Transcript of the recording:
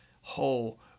whole